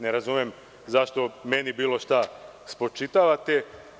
Ne razumem zašto meni bilo šta spočitavate.